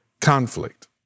conflict